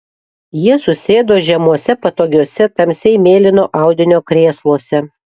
jie susėdo žemuose patogiuose tamsiai mėlyno audinio krėsluose